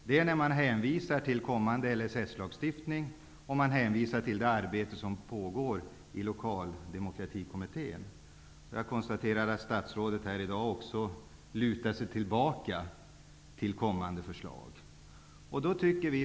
Det sker när man hänvisar till kommande LSS-lagstiftning och till det arbete som pågår i Jag konstaterar också att statrådet i dag lutar sig mot kommande förslag.